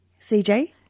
CJ